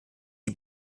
die